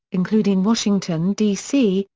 including washington, d c,